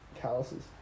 calluses